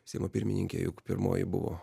seimo pirmininkė juk pirmoji buvo